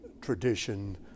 tradition